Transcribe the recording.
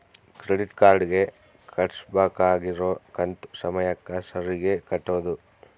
credit card ಗೆ ಕಟ್ಬಕಾಗಿರೋ ಕಂತು ಸಮಯಕ್ಕ ಸರೀಗೆ ಕಟೋದು